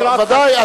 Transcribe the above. בוודאי.